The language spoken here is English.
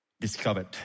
discovered